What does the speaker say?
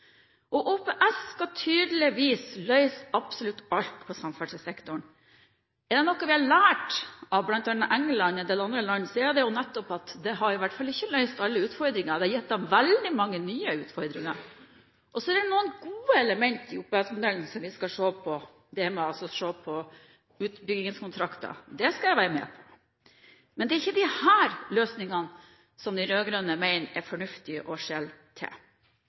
samferdselssektoren. Er det noe vi har lært av bl.a. England i det lange land, er det nettopp at det i hvert fall ikke har løst alle utfordringer, det har gitt dem veldig mange nye utfordringer. Så er det noen gode elementer i OPS-modellen som vi skal se på, og det er utbyggingskontrakter – det skal jeg være med på. Men det er ikke disse løsningene de rød-grønne mener det er fornuftige å skjele til.